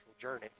journey